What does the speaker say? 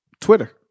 Twitter